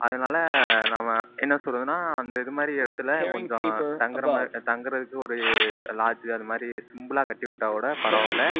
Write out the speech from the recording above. அதனால் நம்ம என்ன சொல்லுகிறதுனா அந்த இதுமாதிரி இடத்துல கொஞ்சம் தங்குறமாதிரி தங்குறதுக்கு ஒரு லாட்ஜ் அதை மாதிரி சிம்பிள்லாக கட்டிவிட்டா கூட பரவாயில்ல